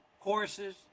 courses